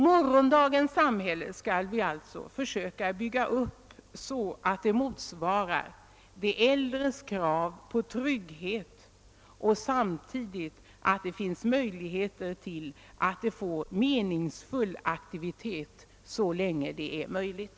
Morgondagens samhälle skall vi alltså försöka bygga upp så att det motsvarar de äldres krav på trygghet och så att det samtidigt finns möjligheter för dem att få meningsfull aktivitet så länge som möjligt.